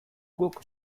guk